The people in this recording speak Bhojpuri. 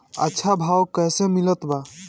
अच्छा भाव कैसे मिलत बा?